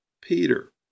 Peter